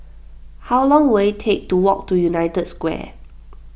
how long will it take to walk to United Square